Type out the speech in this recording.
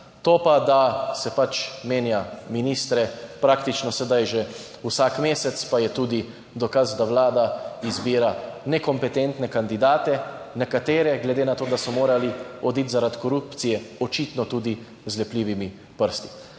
To pa, da se pač menja ministre praktično sedaj že vsak mesec, je pa tudi dokaz, da Vlada izbira nekompetentne kandidate, nekatere glede na to, da so morali oditi zaradi korupcije, očitno tudi z lepljivimi prsti.